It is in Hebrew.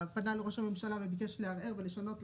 פנה לראש הממשלה ובעצם ביקש לערער ולשנות,